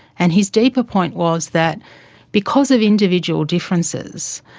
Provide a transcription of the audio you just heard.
and his deeper point was that because of individual differences,